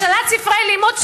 השאלת ספרי לימוד,